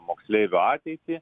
moksleivio ateitį